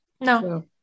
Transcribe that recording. no